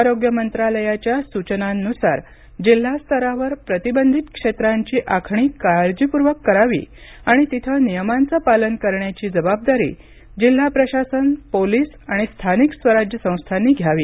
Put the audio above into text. आरोग्य मंत्रालयाच्या सूचनांनुसार जिल्हा स्तरावर प्रतिबंधित क्षेत्रांची आखणी काळजीपूर्वक करावी आणि तिथं नियमांच पालन करण्याची जबाबदारी जिल्हा प्रशासन पोलीस आणि स्थानिक स्वराज्य संस्थांनी घ्यावी